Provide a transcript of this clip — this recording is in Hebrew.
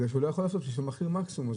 כי יש מחיר מקסימום.